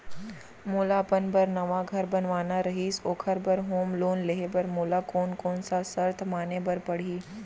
मोला अपन बर नवा घर बनवाना रहिस ओखर बर होम लोन लेहे बर मोला कोन कोन सा शर्त माने बर पड़ही?